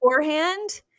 beforehand